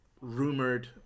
rumored